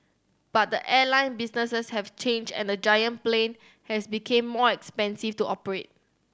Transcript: but the airline business has changed and the giant plane has become more expensive to operate